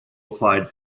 applied